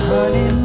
Honey